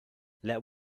let